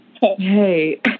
Hey